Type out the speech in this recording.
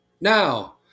Now